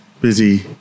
busy